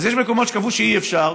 אז יש מקומות שקבעו שאי-אפשר,